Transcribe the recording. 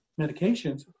medications